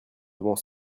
levant